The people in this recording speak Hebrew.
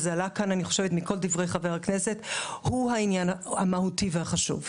שזה עלה כאן מכל דברי חברי הכנסת הוא העניין המהותי והחשוב.